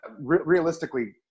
realistically